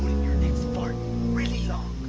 next fart really